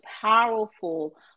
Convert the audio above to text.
powerful